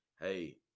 Hey